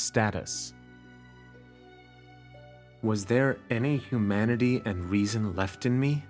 status was there any humanity and reason left in me